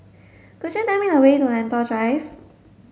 could you tell me a way to Lentor Drive